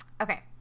Okay